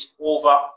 over